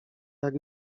jak